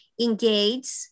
engage